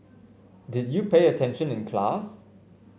did you pay attention in class